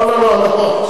לא, לא.